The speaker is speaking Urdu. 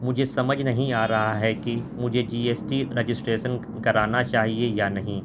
مجھے سمجھ نہیں آ رہا ہے کہ مجھے جی ایس ٹی رجسٹریشن کرانا چاہیے یا نہیں